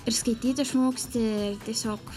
ir skaityt išmoksti tiesiog